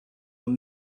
were